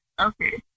Okay